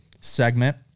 segment